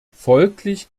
folglich